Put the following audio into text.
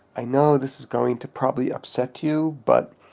i know this is going to probably upset you, but